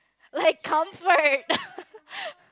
like comfort